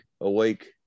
awake